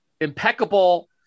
impeccable